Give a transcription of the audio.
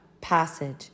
passage